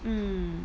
mm